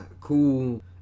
cool